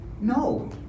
No